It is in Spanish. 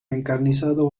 encarnizado